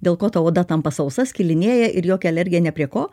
dėl ko ta oda tampa sausa skilinėja ir jokia alergija ne prie ko